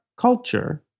culture